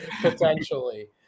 potentially